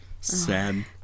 Sad